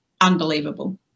unbelievable